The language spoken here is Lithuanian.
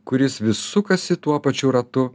kuris vis sukasi tuo pačiu ratu